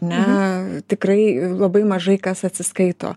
ne tikrai labai mažai kas atsiskaito